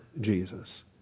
Jesus